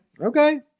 Okay